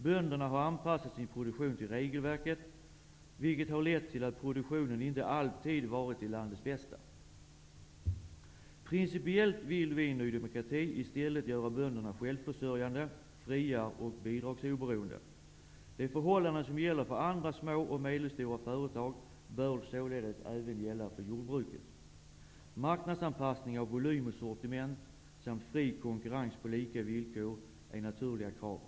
Bönderna har anpassat sin produktion till regelverket, vilket har lett till att produktionen inte alltid har varit till landets bästa. Principiellt vill vi i Ny demokrati i stället göra bönderna självförsörjande, fria och bidragsoberoende. De förhållanden som gäller för andra små och medelstora företag bör således även gälla för jordbruket. Marknadsanpassning av volym och sortiment samt fri konkurrens på lika villkor är naturliga krav.